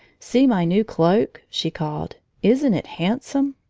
see my new cloak, she called, isn't it handsome?